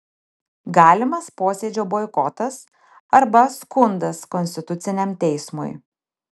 galimas posėdžio boikotas arba skundas konstituciniam teismui